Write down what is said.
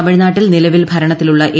തമിഴ്നാട്ടിൽ നിലവിൽ ഭരണത്തിലുള്ള എ